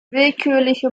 willkürliche